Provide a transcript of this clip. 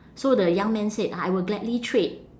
so the young man said I I will gladly trade